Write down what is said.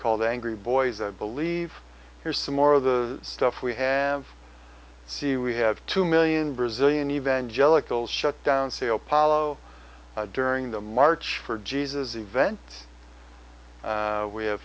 called angry boys believe here's some more of the stuff we have see we have two million brazilian evangelicals shut down say apollo during the march for jesus event we have